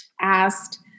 asked